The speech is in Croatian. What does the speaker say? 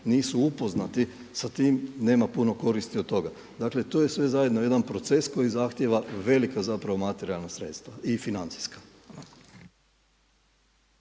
nisu upoznati sa tim nema puno koristi od toga. Dakle, to je sve zajedno jedan proces koji zahtjeva velika zapravo materijalna sredstva i financijska.